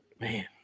man